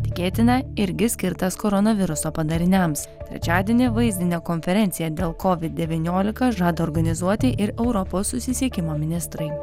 tikėtina irgi skirtas koronaviruso padariniams trečiadienį vaizdinę konferenciją dėl covid devyniolika žada organizuoti ir europos susisiekimo ministrai